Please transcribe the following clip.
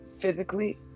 physically